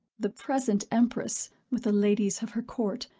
the present empress, with the ladies of her court,